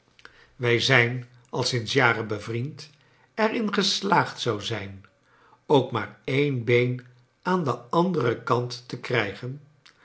wij zijn al sinds jar en bevriend er in geslaagd zou zijn ook maar een been aan den anderen kant te krijgen